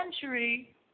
century